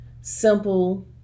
simple